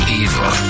evil